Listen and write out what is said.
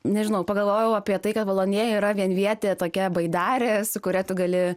nežinau pagalvojau apie tai kad valonėja yra vienvietė tokia baidarė su kuria tu gali